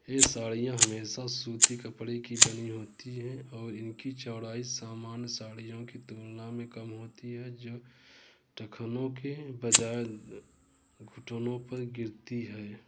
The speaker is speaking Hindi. ये साड़ियाँ हमेशा सूती कपड़े की बनी होती हैं और इनकी चौड़ाई सामान्य साड़ियों की तुलना में कम होती है जो टखनों के बजाय घुटनों पर गिरती है